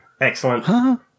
Excellent